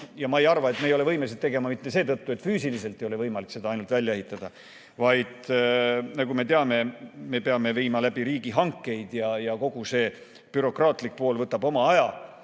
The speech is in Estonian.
Ma ei arva, et me ei ole võimelised seda tegema mitte seetõttu, et ainult füüsiliselt ei ole võimalik seda välja ehitada, vaid nagu me teame, me peame viima läbi riigihankeid. Kogu see bürokraatlik pool võtab oma aja,